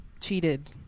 cheated